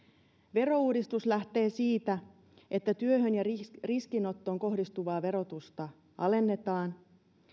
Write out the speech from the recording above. verouudistus lähtee siitä että työhön ja riskinottoon kohdistuvaa verotusta alennetaan